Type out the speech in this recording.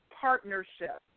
partnership